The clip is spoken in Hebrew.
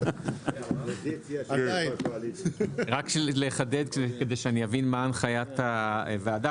שניים, הנושא של הוועדה.